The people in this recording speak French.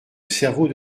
cerveau